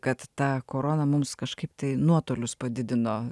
kad ta korona mums kažkaip tai nuotolius padidino